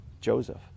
Joseph